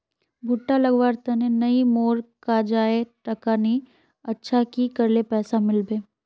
भुट्टा लगवार तने नई मोर काजाए टका नि अच्छा की करले पैसा मिलबे?